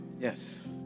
Yes